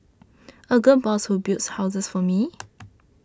a gal boss who builds houses for me